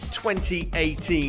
2018